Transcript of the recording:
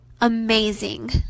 amazing